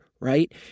right